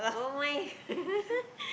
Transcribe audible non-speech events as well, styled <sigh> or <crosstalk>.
[oh]-my-god <laughs>